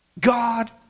God